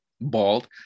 bald